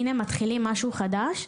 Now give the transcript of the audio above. הנה מתחילים משהו חדש,